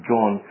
John